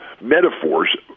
metaphors